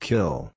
Kill